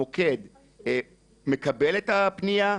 המוקד מקבל את הפנייה,